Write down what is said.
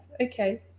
Okay